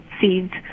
seeds